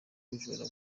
bujura